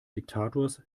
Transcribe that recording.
diktators